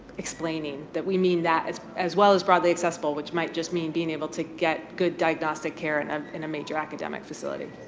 explaining, that we mean that as as well as broadly accessible, which might just mean being able to get good diagnostic care and um in a major academic facility.